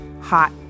hot